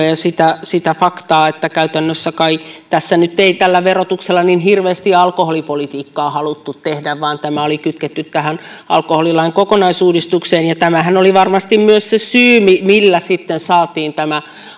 ja sitä sitä faktaa että käytännössä kai tässä nyt ei tällä verotuksella niin hirveästi alkoholipolitiikkaa haluttu tehdä vaan tämä oli kytketty tähän alkoholilain kokonaisuudistukseen ja tämähän oli varmasti myös se syy millä sitten saatiin tämä